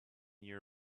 year